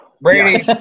Brady